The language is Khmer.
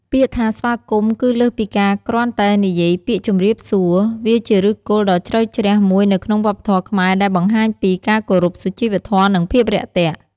ពាក្យថាស្វាគមន៍ គឺលើសពីការគ្រាន់តែនិយាយពាក្យជំរាបសួរ វាជាឫសគល់ដ៏ជ្រៅជ្រះមួយនៅក្នុងវប្បធម៌ខ្មែរដែលបង្ហាញពី ការគោរព សុជីវធម៌ និងភាពរាក់ទាក់។